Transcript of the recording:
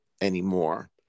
anymore